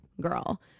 girl